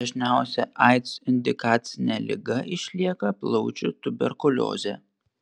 dažniausia aids indikacinė liga išlieka plaučių tuberkuliozė